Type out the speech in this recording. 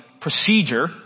procedure